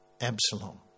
Absalom